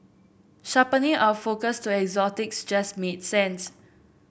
sharpening our focus to exotics just made sense